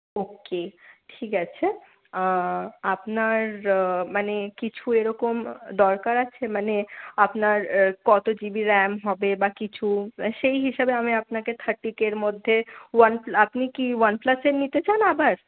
ওকে ঠিক আছে আপনার মানে কিছু এরকম দরকার আছে মানে আপনার কত জিবি র্যাম হবে বা কিছু সেই হিসাবে আমি আপনাকে থার্টি কের মধ্যে ওয়ান আপনি কি ওয়ানপ্লাসের নিতে চান আবার